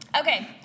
Okay